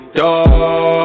door